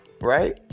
right